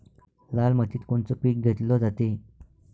लाल मातीत कोनचं पीक घेतलं जाते?